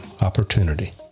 opportunity